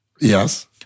Yes